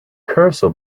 cursor